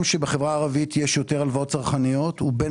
העולם שבחברה הערבית יש יותר הלוואות צרכניות בין